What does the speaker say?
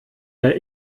der